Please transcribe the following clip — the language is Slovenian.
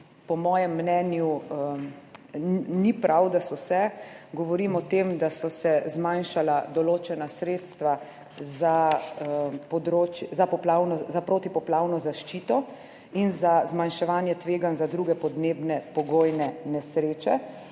po mojem mnenju ni prav, da so se, govorim o tem, da so se zmanjšala določena sredstva za protipoplavno zaščito in za zmanjševanje tveganj za druge podnebne pogojne nesreče.